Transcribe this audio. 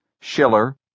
Schiller